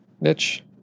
niche